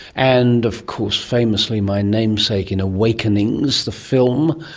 and of course famously my namesake in awakenings the film,